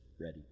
ready